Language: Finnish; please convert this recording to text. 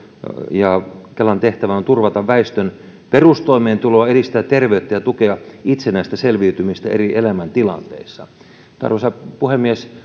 ja kelan tehtävä on turvata väestön perustoimeentuloa edistää terveyttä ja tukea itsenäistä selviytymistä eri elämäntilanteissa arvoisa puhemies